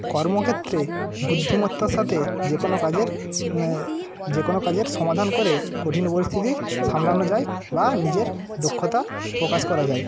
কর্মক্ষেত্রে বুদ্ধিমত্তার সাথে যেকোনো কাজের যেকোনো কাজের সমাধান করে কঠিন পরিস্থিতি সামলানো যায় বা নিজের দক্ষতা প্রকাশ করা যায়